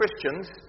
Christians